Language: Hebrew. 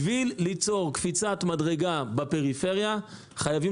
בשביל ליצור קפיצת מדרגה בפריפריה חייבים